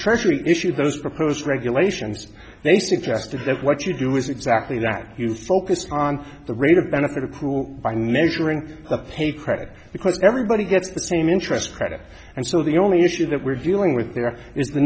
treasury issued those proposed regulations they suggested that what you do is exactly that you focused on the rate of benefit accrual by measuring the pay credit because everybody gets the same interest credit and so the only issue that we're dealing with the